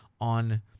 on